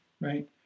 right